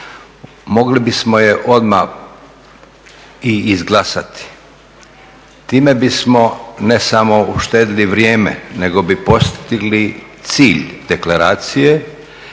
Mogli bismo je odmah i izglasati. Time bismo ne samo uštedili vrijeme, nego bi postigli cilj deklaracije